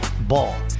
Ball